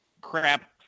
crap